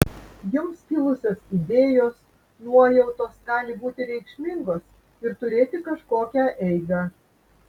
jums kilusios idėjos nuojautos gali būti reikšmingos ir turėti kažkokią eigą